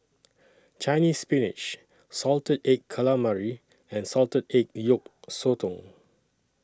Chinese Spinach Salted Egg Calamari and Salted Egg Yolk Sotong